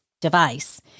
device